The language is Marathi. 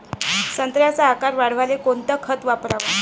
संत्र्याचा आकार वाढवाले कोणतं खत वापराव?